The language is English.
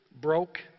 broke